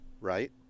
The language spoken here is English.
right